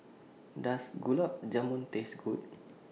Does Gulab Jamun Taste Good